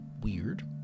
weird